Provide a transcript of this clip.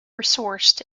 resourced